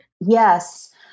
Yes